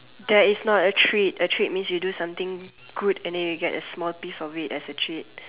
there is not a treat a treat means you do something good and then you get a small piece of it as a treat